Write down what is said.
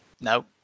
No